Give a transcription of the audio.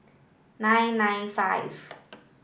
nine nine five